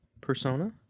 Persona